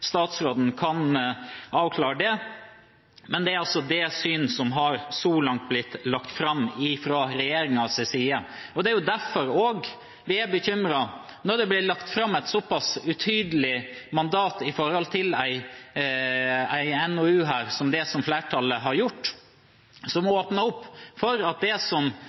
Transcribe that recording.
statsråden kan avklare det. Men det er altså det syn som så langt har blitt lagt fram fra regjeringens side. Og det er derfor vi er bekymret, når det blir lagt fram et såpass utydelig mandat for en NOU som det flertallet har gjort. Det åpner opp for at det som